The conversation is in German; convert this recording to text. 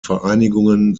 vereinigungen